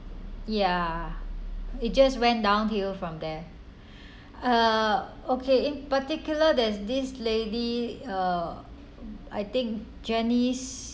ya it just went downhill from there uh okay particular there's this lady uh I think janice